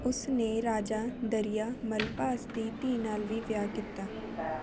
ਉਸ ਨੇ ਰਾਜਾ ਦਰੀਆ ਮਲਭਾਸ ਦੀ ਧੀ ਨਾਲ ਵੀ ਵਿਆਹ ਕੀਤਾ